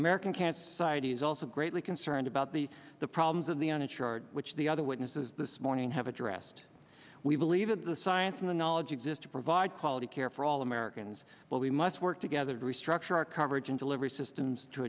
american cancer society is also greatly concerned about the the problems of the on a chart which the other witnesses this morning have addressed we believe in the science in the knowledge exist to provide quality care for all americans but we must work together to restructure our coverage and delivery systems to